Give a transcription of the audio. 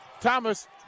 Thomas